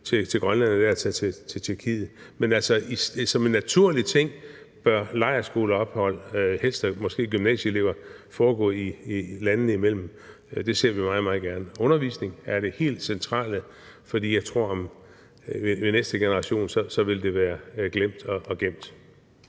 det er at tage til Tjekkiet. Men, altså, som en naturlig ting bør lejrskoleophold – måske helst for gymnasieelever – foregå landene imellem. Det ser vi meget, meget gerne. Undervisning er det helt centrale, for jeg tror, at det ved næste generation vil være glemt og gemt.